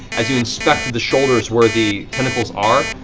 as you inspect the shoulders where the tentacles are,